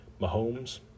Mahomes